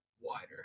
wider